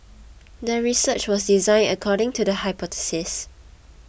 the research was designed according to the hypothesis